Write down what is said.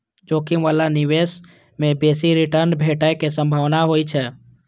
जोखिम बला निवेश मे बेसी रिटर्न भेटै के संभावना होइ छै